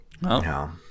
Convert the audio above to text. No